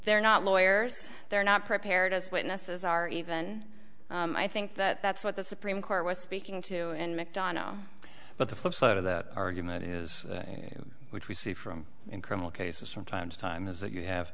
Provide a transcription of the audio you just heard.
they're not lawyers they're not prepared as witnesses are even i think that that's what the supreme court was speaking to in mcdonogh but the flipside of that argument is which we see from in criminal cases from time to time is that you have